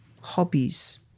hobbies